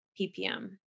ppm